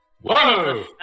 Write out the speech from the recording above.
Whoa